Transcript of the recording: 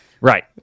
Right